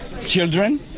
children